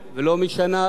ולא שנתיים,